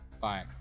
Bye